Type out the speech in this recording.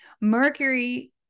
Mercury